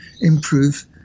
improve